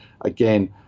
again